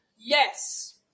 Yes